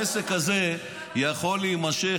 העסק הזה יכול להימשך,